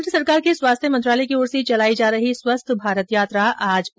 केन्द्र सरकार के स्वास्थ्य मंत्रालय की ओर से चलाई जा रही स्वस्थ भारत यात्रा आज उदयपुर पहुंची